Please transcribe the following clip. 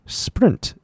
sprint